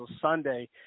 Sunday